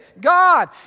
God